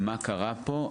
מה קרה פה?